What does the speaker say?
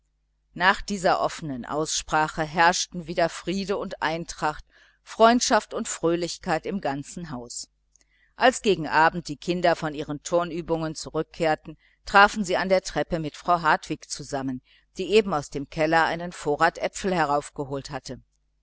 nach dieser offenen aussprache herrschte wieder friede und eintracht freundschaft und fröhlichkeit im ganzen haus als gegen abend die kinder von ihren turnübungen zurückkehrten trafen sie an der treppe mit frau hartwig zusammen die eben aus dem keller einen vorrat äpfel herausgeholt hatte